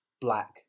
black